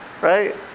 right